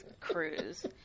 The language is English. cruise